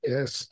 Yes